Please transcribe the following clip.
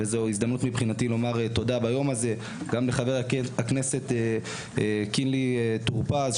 זו הזדמנות בשבילי לומר ביום הזה תודה גם לחבר הכנסת קינלי טור פז,